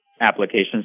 applications